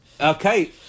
okay